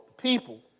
people